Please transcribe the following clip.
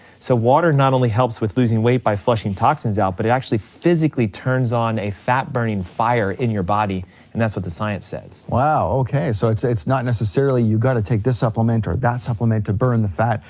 so water not only helps with losing weight by flushing toxins out, but it actually, physically turns on a fat burning fire in your body and that's what the science says. wow, okay, so it's it's not necessarily you've gotta take this supplement or that supplement to burn the fat,